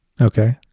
Okay